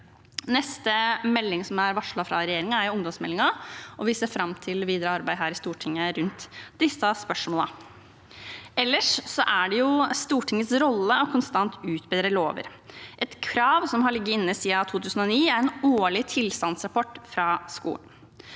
Neste melding som er varslet fra regjeringen, er ungdomsmeldingen, og vi ser fram til videre arbeid her i Stortinget med disse spørsmålene. Ellers er det jo Stortingets rolle konstant å utbedre lover. Et krav som har ligget inne siden 2009, er en årlig tilstandsrapport for skolen.